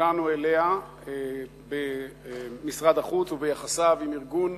שנקלענו אליה במשרד החוץ וביחסיו עם ארגון,